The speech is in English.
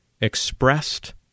expressed